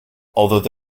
although